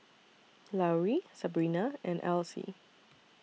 Lauri Sabrina and Alcie